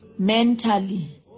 mentally